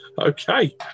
Okay